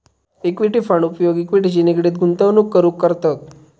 equity fund उपयोग इक्विटीशी निगडीत गुंतवणूक करूक करतत